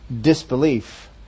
disbelief